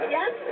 Yes